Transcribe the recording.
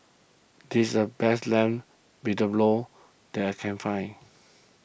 this the best Lamb Vindaloo that I can find